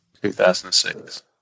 2006